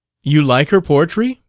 you like her poetry!